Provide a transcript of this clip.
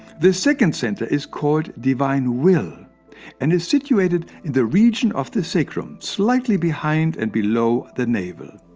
the second center is called divine will and is situated in the region of the sacrum, slightly behind and below the navel.